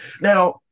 Now